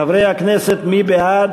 חברי הכנסת, מי בעד?